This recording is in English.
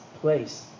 place